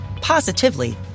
positively